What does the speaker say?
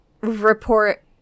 report